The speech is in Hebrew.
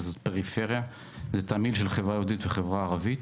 כך שזאת פריפריה וזה תמהיל של חברה יהודית וחברה ערבית.